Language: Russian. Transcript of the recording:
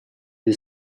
для